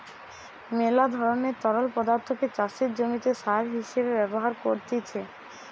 মেলা ধরণের তরল পদার্থকে চাষের জমিতে সার হিসেবে ব্যবহার করতিছে